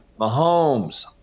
Mahomes